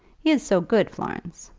he is so good, florence!